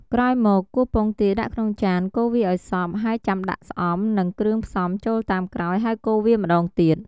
ក្រោយមក គោះពងទាដាក់ក្នុងចាន កូរវាឱ្យសព្វ ហើយចាំដាក់ស្អំ និងគ្រឿងផ្សំចូលតាមក្រោយហើយកូរវាម្ដងទៀត។